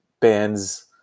bands